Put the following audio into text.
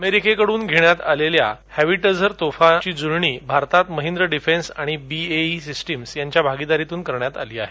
अमेरिकेकडून घेण्यात आलेल्या होवित्झर तोफांची जुळणी भारतात महिंद्र डिफेन्स आणि बीएई सिस्टीम्स यांच्या भागीदारीतून करण्यात आली आहे